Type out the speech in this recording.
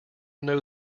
know